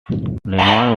lehman